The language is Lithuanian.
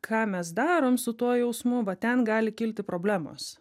ką mes darom su tuo jausmu va ten gali kilti problemos